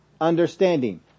understanding